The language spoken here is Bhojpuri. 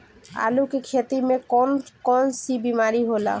आलू की खेती में कौन कौन सी बीमारी होला?